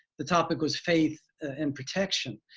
the topic was faith and protection.